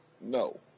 No